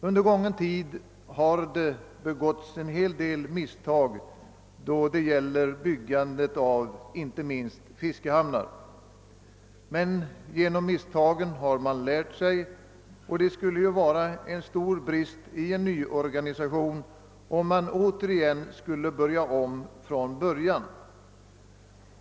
Under gången tid har det begåtts en hel del misstag inte minst då det gällt byggande av fiskehamnar, men man har lärt av misstagen. Det skulle vara en stor brist i en nyorganisation, om man återigen skulle börja från början.